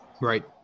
Right